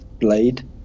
blade